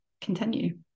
continue